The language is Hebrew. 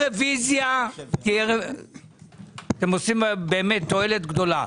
אתם עושים באמת תועלת גדולה.